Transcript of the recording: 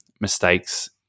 mistakes